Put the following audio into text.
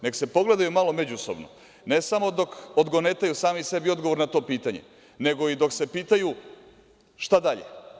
Nek se pogledaju malo međusobno, ne samo dok odgonetaju sami sebi odgovor na to pitanje, nego i dok se pitaju šta dalje.